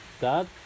Dad